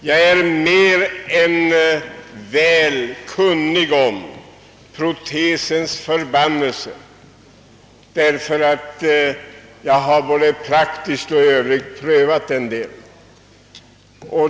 Jag är väl medveten om protesens förbannelse ty jag har i viss utsträckning både praktiskt och på annat sätt prövat den.